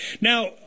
Now